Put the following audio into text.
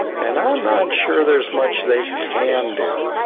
and i'm not sure there's much they can do.